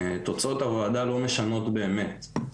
תוצאות הוועדה לא משנות באמת.